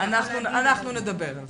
אנחנו נדבר על זה.